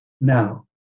now